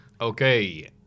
Okay